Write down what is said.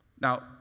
Now